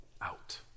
out